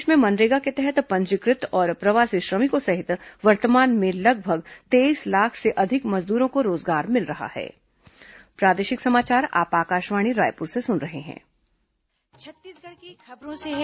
प्रदेश में मनरेगा के तहत पंजीकृत और प्रवासी श्रमिकों सहित वर्तमान में लगभग तेईस लाख से अधिक मजदूरों को रोजगार मिल रहा है